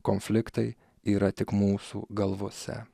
konfliktai yra tik mūsų galvose